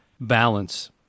balance